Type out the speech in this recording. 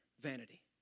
vanity